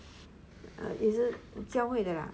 is it 教会的 lah